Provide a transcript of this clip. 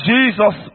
Jesus